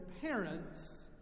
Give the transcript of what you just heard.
parents